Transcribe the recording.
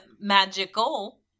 magical